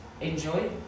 enjoy